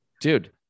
dude